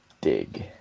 Dig